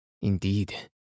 Indeed